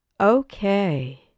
okay